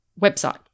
website